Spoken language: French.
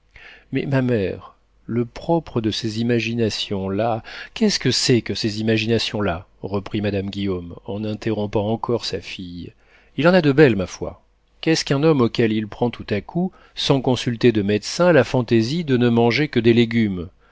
mais ma mère le propre de ces imaginations là qu'est-ce que c'est que ces imaginations là reprit madame guillaume en interrompant encore sa fille il en a de belles ma foi qu'est-ce qu'un homme auquel il prend tout à coup sans consulter de médecin la fantaisie de ne manger que des légumes